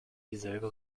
dieselbe